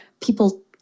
people